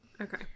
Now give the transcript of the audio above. Okay